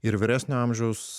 ir vyresnio amžiaus